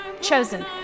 chosen